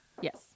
yes